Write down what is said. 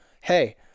hey